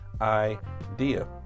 idea